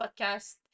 podcast